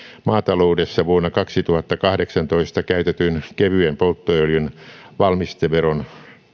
maataloudessa vuonna kaksituhattakahdeksantoista käytetyn kevyen polttoöljyn valmisteveron